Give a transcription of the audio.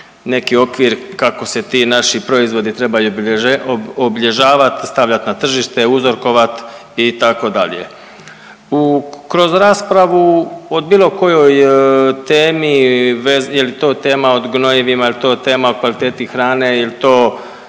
neki okvir kako se ti naši proizvodi trebaju obilježavat, stavljat na tržište, uzrokovat itd.. Kroz raspravu o bilo kojoj temi je li to tema o gnojivima, jel to tema o kvaliteti hrane,